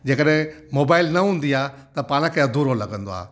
जेकॾहिं मोबाइल न हूंदी आहे त पाण खे अधुरो लॻंदो आहे